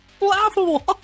laughable